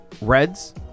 Reds